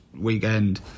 weekend